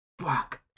Fuck